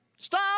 Stop